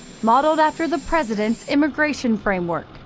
modeled after the president's immigration framework.